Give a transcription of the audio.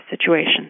situation